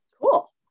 Cool